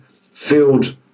filled